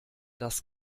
das